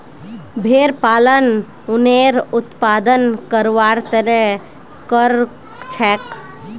भेड़ पालन उनेर उत्पादन करवार तने करछेक